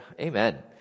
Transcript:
Amen